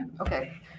Okay